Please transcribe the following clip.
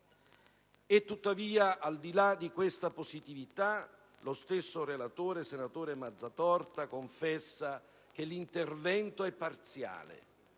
e superato. Al di là di questa positività, lo stesso relatore, senatore Mazzatorta, confessa che l'intervento è parziale.